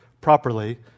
properly